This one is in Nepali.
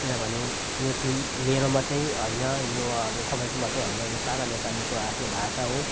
किनभने यो तिम्रो मेरो मात्रै होइन यो अब तपाईँको मात्रै होइन यो सारा नेपालीको आफ्नो भाषा हो